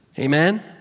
Amen